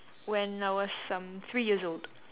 when I was um three years old